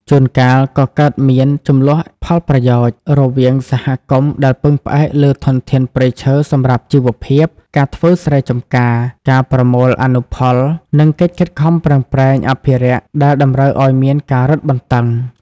ជួនកាលក៏កើតមាន ជម្លោះផលប្រយោជន៍ រវាងសហគមន៍ដែលពឹងផ្អែកលើធនធានព្រៃឈើសម្រាប់ជីវភាព ការធ្វើស្រែចម្ការ ការប្រមូលអនុផល និងកិច្ចខិតខំប្រឹងប្រែងអភិរក្សដែលតម្រូវឲ្យមានការរឹតបន្តឹង។